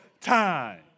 time